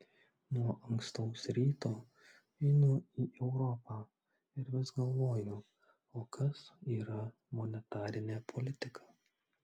nuo ankstaus ryto einu į europą ir vis galvoju o kas yra monetarinė politika